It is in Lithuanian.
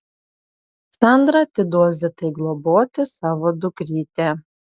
sandra atiduos zitai globoti savo dukrytę